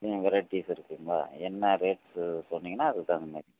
varieties இருக்குதுங்களா என்ன rates சொன்னீங்கன்னால் அதுக்கு தகுந்த மாதிரி